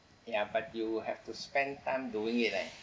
ya but you have to spend time doing it leh